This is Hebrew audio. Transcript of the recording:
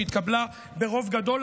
שהתקבלה ברוב גדול,